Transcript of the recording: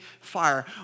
fire